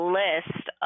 list